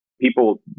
people